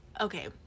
okay